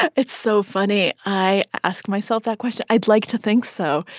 it's so funny. i ask myself that question. i'd like to think so.